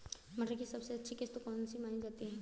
मटर की सबसे अच्छी किश्त कौन सी मानी जाती है?